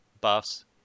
buffs